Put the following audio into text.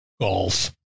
golf